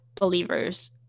believers